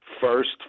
first